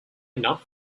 enough